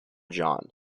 john